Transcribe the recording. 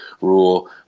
rule